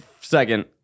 Second